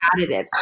additives